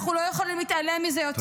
אנחנו לא יכולים להתעלם מזה יותר.